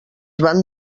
van